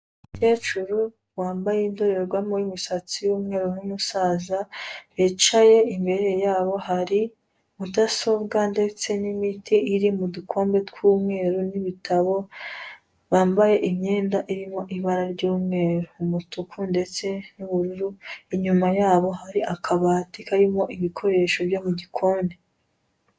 umucyecuru wambaye indorerwamo umusatsi w'umweru, n' umusaza bicaye imbere yaho hari mudasombwa ndetse nimiti irimudukombe tw'umweru nibitabo, bambaye imyenda irimo ibara ry' umweru, umutuku ndetse n' ubururu, inyuma yaho hari akabati karimo ibikoresho byo mugikoni